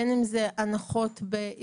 בין אם מדובר בהנחות בעירייה,